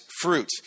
fruit